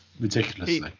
ridiculously